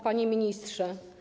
Panie Ministrze!